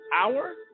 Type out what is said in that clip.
hour